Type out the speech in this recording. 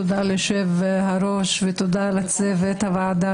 תודה ליושב-ראש ותודה לצוות הוועדה,